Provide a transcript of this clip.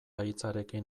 hitzarekin